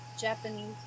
Japanese